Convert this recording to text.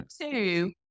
two